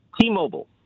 T-Mobile